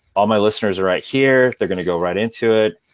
all my listeners are right here, they're going to go right into it.